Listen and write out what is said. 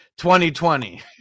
2020